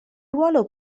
ruolo